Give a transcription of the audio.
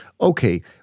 okay